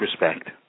respect